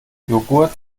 joghurt